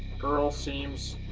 girl seems